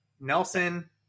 Nelson